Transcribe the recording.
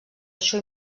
això